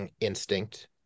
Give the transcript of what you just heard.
instinct